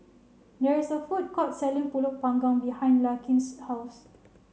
there is a food court selling Pulut panggang behind Larkin's house